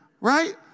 right